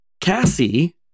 Cassie